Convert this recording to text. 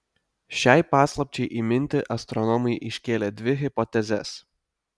šiai paslapčiai įminti astronomai iškėlė dvi hipotezes